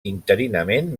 interinament